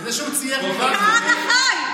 זה שהוא צייר, "כהנא חי".